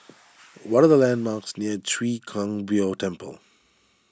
what are the landmarks near Chwee Kang Beo Temple